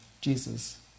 Jesus